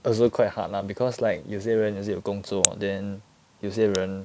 also quite hard lah because like 有些也是有工作 then 有些人